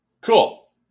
Cool